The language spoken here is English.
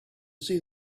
see